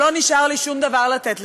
"אבל לא נשאר לי שום דבר לתת לך".